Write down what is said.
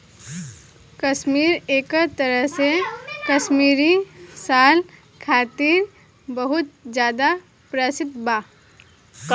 काश्मीर एक तरह से काश्मीरी साल खातिर बहुत ज्यादा प्रसिद्ध बा